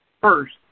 first